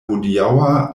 hodiaŭa